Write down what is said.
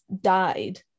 died